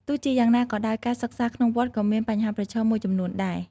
ទោះជាយ៉ាងណាក៏ដោយការសិក្សាក្នុងវត្តក៏មានបញ្ហាប្រឈមមួយចំនួនដែរ។